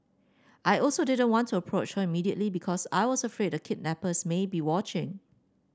I also didn't want to approach her immediately because I was afraid the kidnappers may be watching